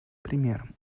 примером